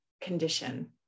condition